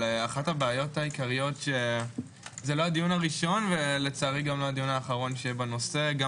זה לא הדיון הראשון וגם לא האחרון בנושא לצערי.